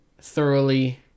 thoroughly